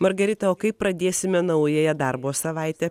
margarita o kaip pradėsime naująją darbo savaitę